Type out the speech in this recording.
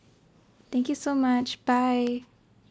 thank you so much bye